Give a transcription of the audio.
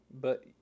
But